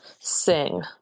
sing